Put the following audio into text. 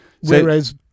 Whereas